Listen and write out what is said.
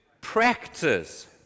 practice